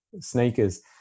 sneakers